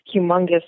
humongous